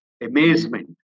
amazement